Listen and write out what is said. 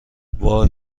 وای